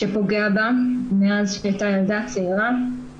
שפוגע בה מאז שהייתה ילדה צעירה.